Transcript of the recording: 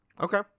Okay